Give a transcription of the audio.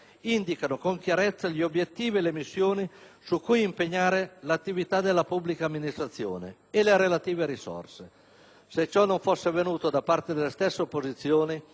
indicano con chiarezza gli obiettivi e le missioni su cui impegnare l'attività della pubblica amministrazione e le relative risorse. Se ciò non fosse avvenuto, da parte della stessa opposizione,